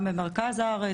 גם במרכז הארץ,